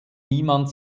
niemand